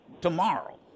tomorrow